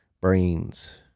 Brains